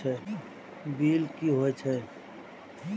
Bill की हौए छै?